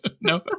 No